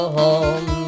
home